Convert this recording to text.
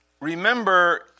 remember